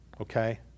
okay